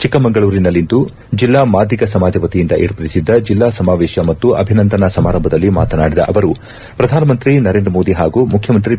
ಚಿಕ್ಕಮಗಳೂರಿನಲ್ಲಿಂದು ಜಿಲ್ಲಾ ಮಾದಿಗ ಸಮಾಜ ವತಿಯಿಂದ ಏರ್ಪಡಿಸಿದ್ದ ಜಿಲ್ಲಾ ಸಮಾವೇಶ ಮತ್ತು ಅಭಿನಂದನಾ ಸಮಾರಂಭದಲ್ಲಿ ಮಾತನಾಡಿದ ಅವರು ಪ್ರಧಾನಮಂತ್ರಿ ನರೇಂದ್ರ ಮೋದಿ ಹಾಗೂ ಮುಖ್ಯಮಂತ್ರಿ ಬಿ